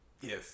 Yes